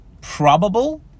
probable